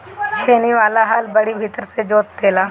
छेनी वाला हल बड़ी भीतर ले जोत देला